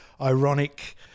ironic